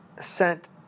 sent